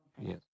Yes